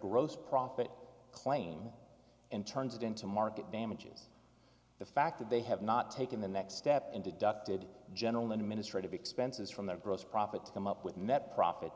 gross profit claim and turns it into market damages the fact that they have not taken the next step and deducted general administrative expenses from their gross profit to come up with net profit